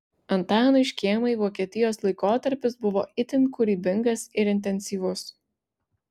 antanui škėmai vokietijos laikotarpis buvo itin kūrybingas ir intensyvus